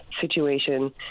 situation